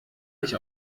nicht